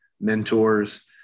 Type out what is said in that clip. mentors